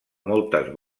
moltes